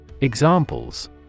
Examples